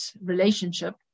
relationship